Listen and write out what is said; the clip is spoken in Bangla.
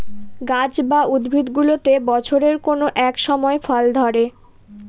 গাছ বা উদ্ভিদগুলোতে বছরের কোনো এক সময় ফল ধরে